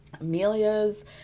Amelia's